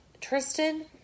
Tristan